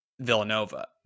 villanova